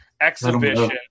Exhibition